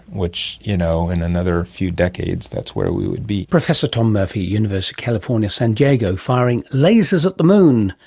which you know in another few decades that's where we would be. professor tom murphy, university of california san diego, firing lasers at the moon,